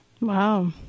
Wow